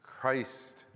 Christ